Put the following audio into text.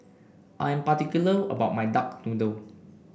I'm particular about my Duck Noodle